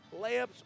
layups